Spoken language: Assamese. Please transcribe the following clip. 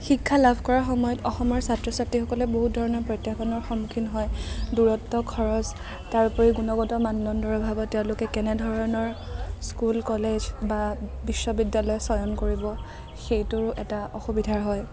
শিক্ষা লাভ কৰাৰ সময়ত অসমৰ ছাত্ৰ ছাত্ৰীসকলে বহুত ধৰণৰ প্ৰত্যাহ্বানৰ সন্মুখীন হয় দূৰত্ব খৰচ তাৰ উপৰিও গুণগত মানদণ্ডৰ অভাৱত তেওঁলোকে কেনেধৰণৰ স্কুল কলেজ বা বিশ্ববিদ্যালয় চয়ন কৰিব সেইটোৰো এটা অসুবিধা হয়